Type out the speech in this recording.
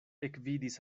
ekvidis